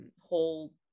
whole